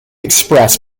express